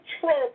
Trump